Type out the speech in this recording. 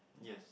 yes